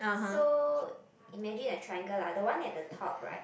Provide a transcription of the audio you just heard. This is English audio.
so imagine a triangle lah the one at the top right